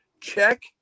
check